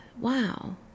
wow